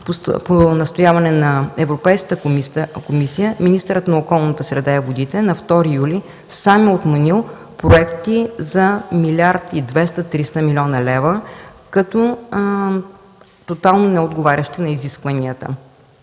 По настояване на Европейската комисия министърът на околната среда и водите на 2 юли сам е отменил проекти за милиард и 200-300 милиона лева, като тотално неотговарящи на изискванията,